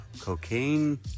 Cocaine